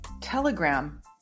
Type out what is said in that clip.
Telegram